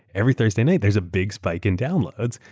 every thursday night, there's a big spike in downloads.